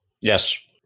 Yes